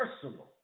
personal